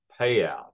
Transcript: payout